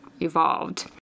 evolved